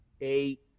eight